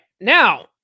Now